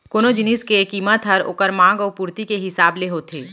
कोनो जिनिस के कीमत हर ओकर मांग अउ पुरती के हिसाब ले होथे